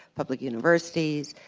public universities,